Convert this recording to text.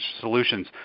solutions